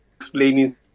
explaining